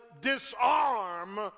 disarm